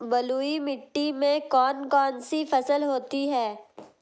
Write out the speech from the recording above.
बलुई मिट्टी में कौन कौन सी फसल होती हैं?